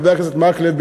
חבר הכנסת מקלב,